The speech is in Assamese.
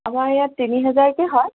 আমাৰ ইয়াত তিনি হেজাৰকৈ হয়